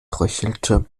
röchelte